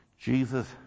Jesus